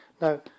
Now